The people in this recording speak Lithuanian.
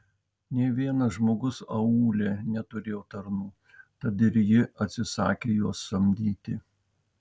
nė vienas žmogus aūle neturėjo tarnų tad ir ji atsisakė juos samdyti